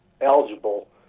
eligible